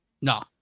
No